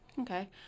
Okay